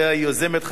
אם היוזמת,